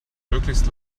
möglichst